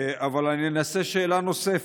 אבל אני אנסה שאלה נוספת: